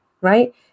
right